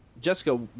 Jessica